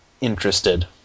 interested